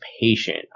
patient